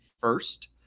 First